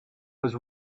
was